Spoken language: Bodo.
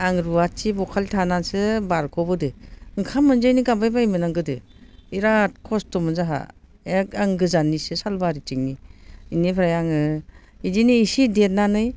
आं रुवाथि बखालि थानानैसो बारग'बोदों ओंखाम मोनजायिनि गाबबाय बायोमोन आं गोदो बिराद खस्थ'मोन जोंहा एके आं गोजाननिसो सालबारिथिंनि बेनिफ्राय आङो बिदिनो इसे देरनानै